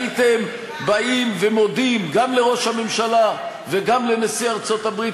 הייתם באים ומודים גם לראש הממשלה וגם לנשיא ארצות-הברית